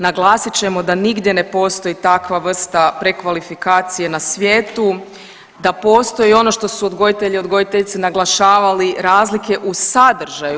Naglasit ćemo da nigdje ne postoji takva vrsta prekvalifikacije na svijetu, da postoji ono što su odgojitelji i odgojiteljice naglašavali razlike u sadržaju.